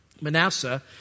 Manasseh